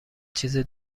چیزه